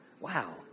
Wow